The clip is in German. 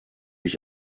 ich